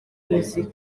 umuziki